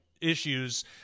issues